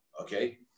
okay